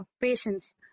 patience